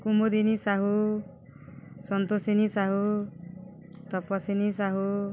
Kumudini Sahu Santoshini Sahu Tapaswini Sahu